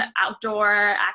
outdoor